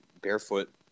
barefoot